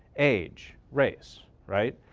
age, race, right.